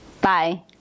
Bye